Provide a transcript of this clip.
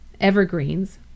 evergreens